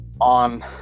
on